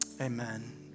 Amen